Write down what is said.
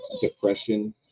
depression